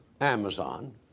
Amazon